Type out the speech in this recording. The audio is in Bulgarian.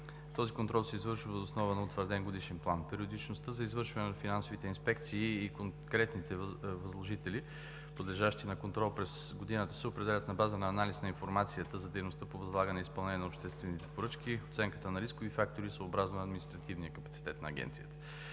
този контрол се извършва въз основа на утвърден годишен план. Периодичността за извършване на финансовите инспекции и конкретните възложители, подлежащи на контрол през годината, се определят на базата на анализ на информацията за дейността по възлагане изпълнението на обществените поръчки, оценката на рискови фактори и съобразно административния капацитет на Агенцията.